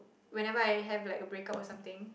whenever I had a breakup or something